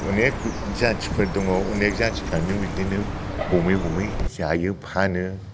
अनेग जाथिफोर दङ अनेग जाथिफ्रानो बिदिनो हमै हमै जायो फानो